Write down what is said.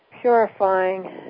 purifying